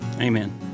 Amen